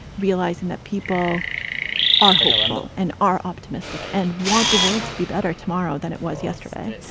realizing that people are hopeful and are optimistic and want the world to be better tomorrow than it was yesterday.